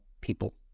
people